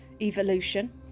evolution